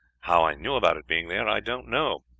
how i knew about it being there i don't know.